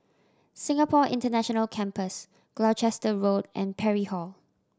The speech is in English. Singapore International Campus Gloucester Road and Parry Hall